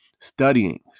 studying